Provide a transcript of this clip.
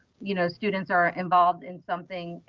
you know, students are involved in something,